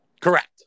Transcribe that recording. correct